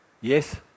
Yes